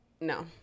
No